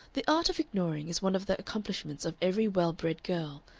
the art of ignoring is one of the accomplishments of every well-bred girl,